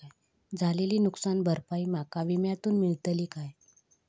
झालेली नुकसान भरपाई माका विम्यातून मेळतली काय?